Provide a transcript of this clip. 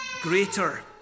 greater